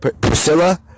Priscilla